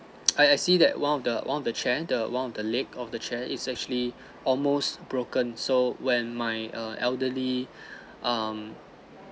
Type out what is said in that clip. I I see that one of the one of the chair the one of the leg of the chair is actually almost broken so when my err elderly um